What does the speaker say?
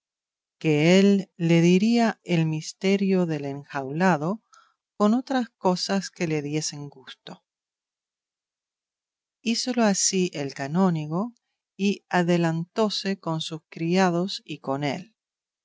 que él le diría el misterio del enjaulado con otras cosas que le diesen gusto hízolo así el canónigo y adelantóse con sus criados y con él